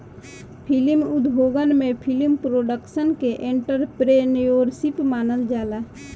film उद्योगन में film production के एंटरप्रेन्योरशिप मानल जाला